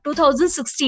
2016